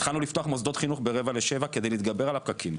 התחלנו לפתוח מוסדות חינוך ברבע לשבע כדי להתגבר על הפקקים.